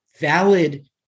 valid